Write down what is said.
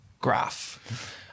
graph